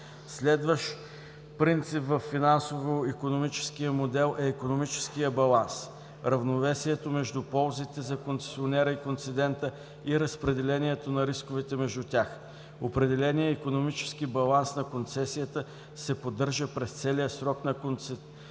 Следващ принцип във финансово-икономическия модел е икономическият баланс, равновесието между ползите за концесионера и концедента и разпрелението на рисковете между тях. Определеният икономически баланс на концесията се поддържа през целия срок на концесионния